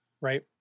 Right